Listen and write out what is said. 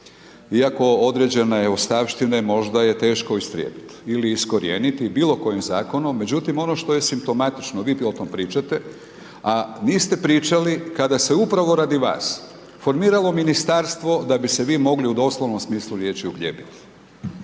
Iako određene je ostavštine možda je teško istrijebiti ili iskorijeniti bilo kojim zakonom. Međutim, ono što je simptomatično, vi bi o tom pričate, a niste pričali kada se upravo radi vas formiralo ministarstvo da bi se vi mogli, u doslovnom smislu riječi uhljebiti.